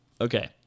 Okay